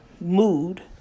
mood